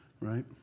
right